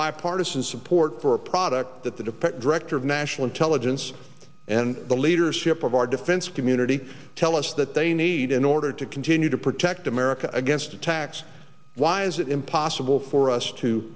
bipartisan support for a product that the depict director of national intelligence and the leadership of our defense community tell us that they need in order to continue to protect america against attacks why is it impossible for us to